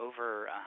over